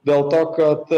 dėl to kad